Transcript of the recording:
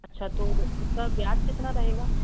अच्छा तो उसका ब्याज कितना रहेगा